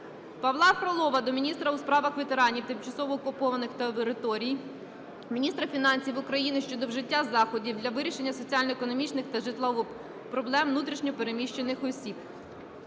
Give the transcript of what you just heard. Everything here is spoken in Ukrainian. Павла Фролова до міністра у справах ветеранів, тимчасово окупованих територій, міністра фінансів України щодо вжиття заходів для вирішення соціально-економічних та житлових проблем внутрішньо переміщених осіб.